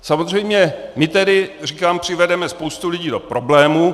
Samozřejmě my tedy, říkám, přivedeme spoustu lidí do problémů.